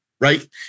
Right